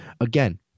again